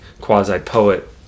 quasi-poet